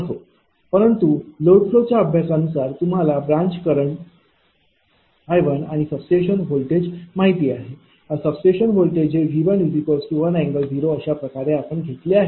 असो परंतु load flow च्या अभ्यासानुसार तुम्हाला ब्रांच करंट I1आणि सबस्टेशन व्होल्टेज आपल्याला माहिती आहे हे सबस्टेशन व्होल्टेज V1 1∠0 अशाप्रकारे आपण घेतले आहे